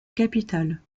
capitale